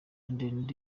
ndende